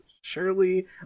Surely